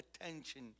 attention